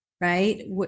Right